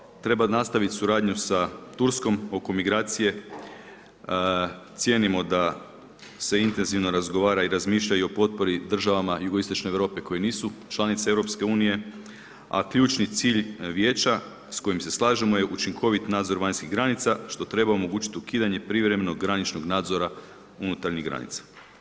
Zaključno treba nastavit suradnju sa Turskom oko migracije, cijenimo da se intenzivno razgovara i razmišlja i o potpori državama jugoistočne Europe koji nisu članice EU, a ključni cilj Vijeća sa kojim se slažemo je učinkovit nadzor vanjskih granica što treba omogućiti ukidanje privremenog graničnog nadzora unutarnjih granica.